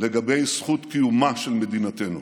לגבי זכות קיומה של מדינתנו.